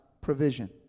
provision